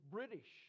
British